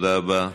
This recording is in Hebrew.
תודה רבה.